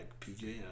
PJ